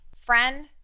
Friend